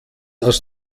aus